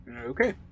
Okay